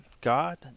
God